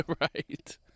right